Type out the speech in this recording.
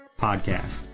podcast